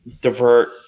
divert